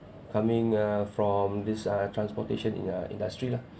coming uh from this uh transportation in~ uh industry lah